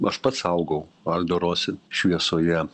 aš pats augau aldo rosi šviesoje